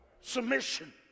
submission